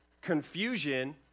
confusion